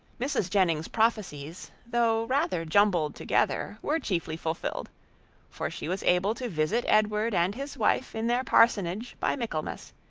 mrs. jennings's prophecies, though rather jumbled together, were chiefly fulfilled for she was able to visit edward and his wife in their parsonage by michaelmas,